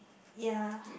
ya